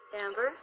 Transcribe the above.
Amber